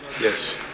Yes